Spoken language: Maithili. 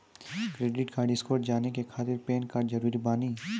क्रेडिट स्कोर जाने के खातिर पैन कार्ड जरूरी बानी?